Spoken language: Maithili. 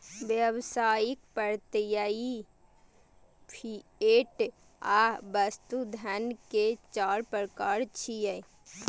व्यावसायिक, प्रत्ययी, फिएट आ वस्तु धन के चार प्रकार छियै